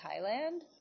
Thailand